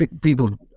people